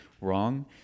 wrong